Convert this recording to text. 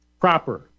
proper